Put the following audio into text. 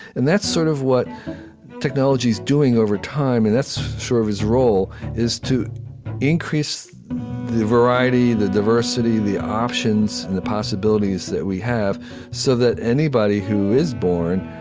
and that's sort of what technology is doing over time. and that's sort of its role, is to increase the variety, the diversity, the options, and the possibilities that we have so that anybody who is born